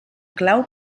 clau